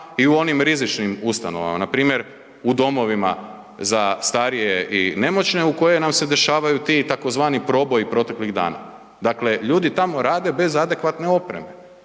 i u onim rizičnim ustanovama, npr. u domovima za starije i nemoćne u kojima nam se dešavaju ti tzv. proboji proteklih dana. Dakle, ljudi tamo rade bez adekvatne opreme.